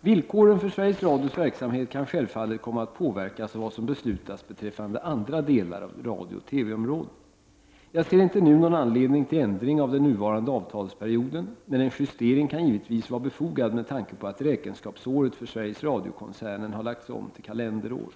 Villkoren för Sveriges Radios verksamhet kan självfallet komma att påverkas av vad som beslutas beträffande andra delar av radiooch TV-området. Jag ser inte nu någon anledning till ändring av den nuvarande avtalsperioden, men en justering kan givetvis vara befogad med tanke på att räkenskapsåret för Sveriges Radio-koncernen har lagts om till kalenderår.